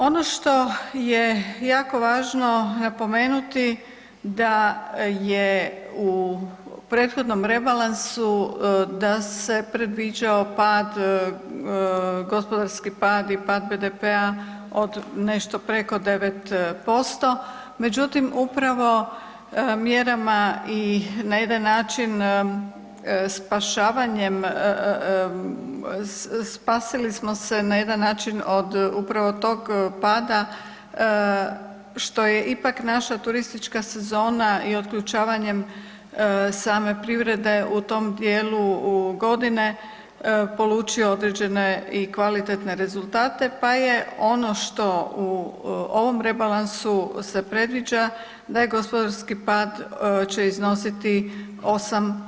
Ono što je jako važno napomenuti da je u prethodnom rebalansu da se predviđao pad, gospodarski pad i pad BDP-a od nešto preko 9%, međutim upravo mjerama i na jedan način spašavanjem spasili smo se na jedan način od upravo tog pada što je ipak naša turistička sezona i otključavanjem same privrede u tom dijelu godine polučio određene i kvalitetne rezultate pa je ono što u ovom rebalansu se predviđa da će gospodarski pad iznositi 8%